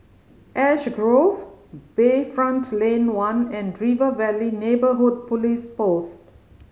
Ash Grove Bayfront Lane One and River Valley Neighbourhood Police Post